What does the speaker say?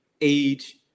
age